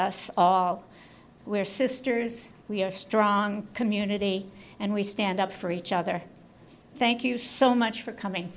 us all we're sisters we're strong community and we stand up for each other thank you so much for coming